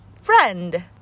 friend